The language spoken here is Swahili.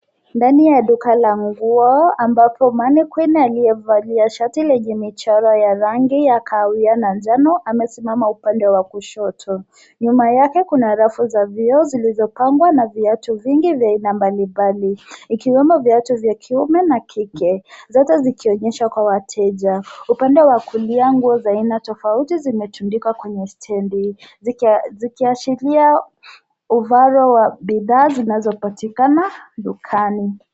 ndani ya duka la nguo ambapo mwonyesha mitindo aliyevalia shati lenye michoro ya rangi ya kahawia na manjano amesimama upande wa kushoto nyuma yake kuna rafu za vioo viliv yopambwa na viatu vingi vya aina mbalimbali ikiwemo viatu za kiume na kike zote zikionyeshwa kwa wateja upande wa kulia nguo za aina tofauti zimetundikwa kwenye stendi zikiachilia uvaro wa bidhaa zinazopatikana dukani